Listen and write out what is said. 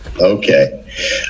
Okay